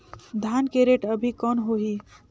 धान के रेट अभी कौन होही?